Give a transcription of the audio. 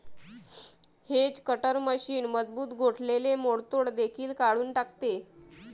hedge cutter machine मजबूत गोठलेले मोडतोड देखील काढून टाकते